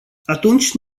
atunci